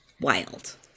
wild